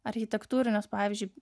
architektūrinius pavyzdžiui